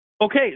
Okay